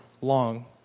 long